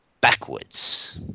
backwards